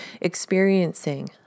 experiencing